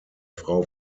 frau